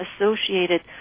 associated